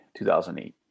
2008